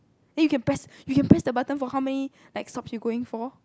then you can press you can press the button for how many like stops you're going for